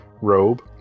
robe